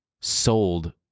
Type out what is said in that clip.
sold